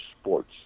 sports